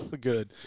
Good